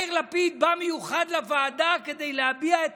יאיר לפיד בא במיוחד לוועדה כדי להביע את